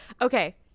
Okay